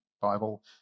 Bible